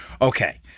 Okay